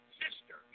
sister